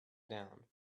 down